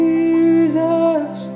Jesus